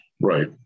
right